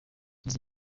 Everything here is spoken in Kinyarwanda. izi